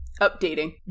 updating